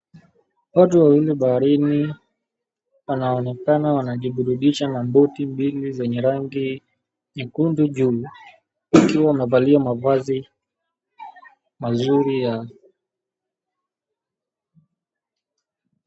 Watu wawili baharini wanaonekana wanajiburudisha na boti mbili zenye rangi nyekundu juu wakiwa wamevalia mavazi mazuri ya...